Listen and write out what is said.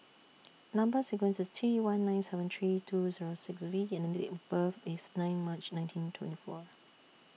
Number sequence IS T one nine seven three two Zero six V and Date of birth IS nine March nineteen twenty four